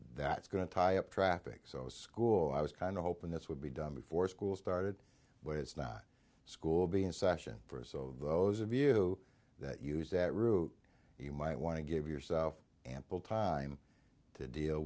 is going to tie up traffic so school i was kind of hoping this would be done before school started but it's not school be in session for us so those of you that use that route you might want to give yourself ample time to deal